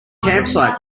campsite